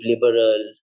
liberal